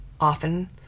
often